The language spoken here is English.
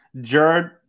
jared